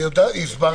הסברתי קודם.